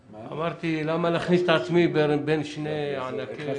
אמרתי, למה להכניס את עצמי בין שני ענקי משפט?